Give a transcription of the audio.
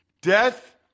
Death